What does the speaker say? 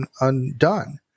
undone